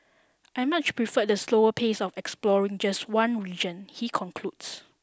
I much preferred the slower pace of exploring just one region he concludes